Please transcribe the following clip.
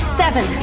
seven